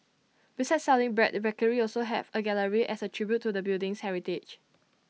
besides selling bread the bakery will also have A gallery as A tribute to the building's heritage